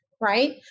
Right